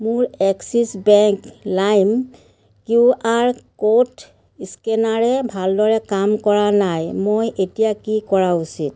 মোৰ Axis bank লাইম Q R code ইস্কেনাৰে ভালদৰে কাম কৰা নাই মই এতিয়া কি কৰা উচিত